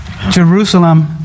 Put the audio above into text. Jerusalem